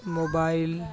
mobile